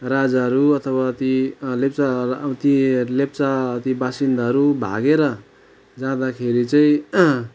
राजाहरू अथवा ति लेप्चा ती लेप्चा ती वासिन्दाहरू भागेर जाँदाखेरि चाहिँ